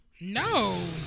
No